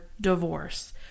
divorce